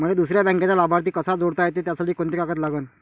मले दुसऱ्या बँकेचा लाभार्थी कसा जोडता येते, त्यासाठी कोंते कागद लागन?